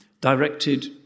directed